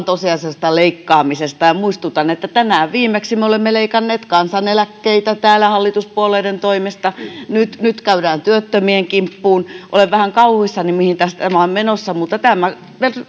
tosiasiallisesta leikkaamisesta muistutan että tänään viimeksi me olemme leikanneet kansaneläkkeitä täällä hallituspuolueiden toimesta nyt nyt käydään työttömien kimppuun olen vähän kauhuissani mihin tämä on menossa mutta tämä